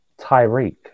Tyreek